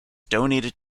donated